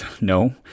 no